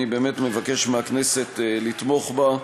אני באמת מבקש מהכנסת לתמוך בה,